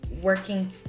working